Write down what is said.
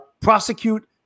prosecute